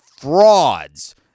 frauds